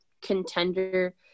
contender